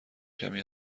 کمی